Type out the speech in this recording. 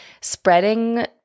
spreading